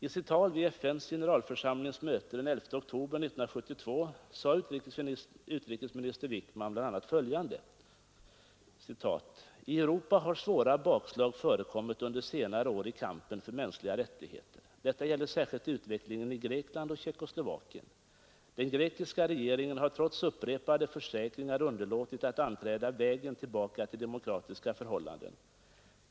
I sitt tal vid FN:s generalförsamlings möte den 11 oktober 1972 sade utrikesminister Wickman bl.a. följande: ”I Europa har svåra bakslag förekommit under senare år i kampen för mänskliga rättigheter. Detta gäller särskilt utvecklingen i Grekland och Tjeckoslovakien. Den grekiska regeringen har trots upprepade försäkringar underlåtit att anträda vägen tillbaka till demokratiska förhållanden.